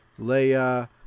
Leia